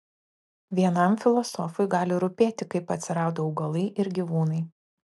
vienam filosofui gali rūpėti kaip atsirado augalai ir gyvūnai